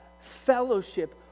fellowship